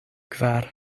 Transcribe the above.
kvar